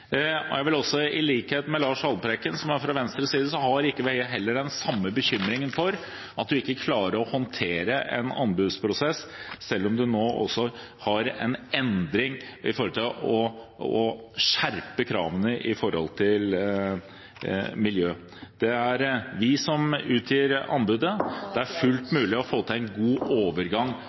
i Venstre heller ikke den samme bekymringen for at man ikke klarer å håndtere en anbudsprosess selv om man nå også har en endring med hensyn til å skjerpe kravene når det gjelder miljø. Det er vi som utlyser anbudet, det er fullt mulig å få til en god overgang